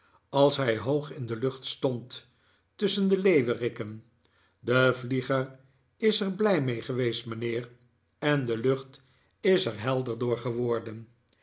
als hij hoog in de lucht stond tusschen de leeuweriken de vlieger is er blij mee geweest mijnheer en de lucht is er helder door geworden